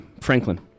Franklin